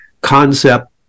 concept